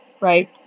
right